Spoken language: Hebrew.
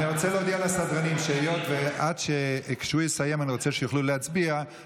אני רוצה להודיע לסדרנים שהיות שאני רוצה שהם יוכלו להצביע כשהוא יסיים,